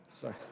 Sorry